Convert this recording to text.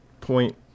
point